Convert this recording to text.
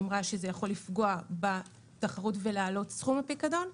אמרה שזה יכול לפגוע בתחרות ולהעלות את סכום הפיקדון.